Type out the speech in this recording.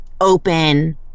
open